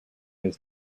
his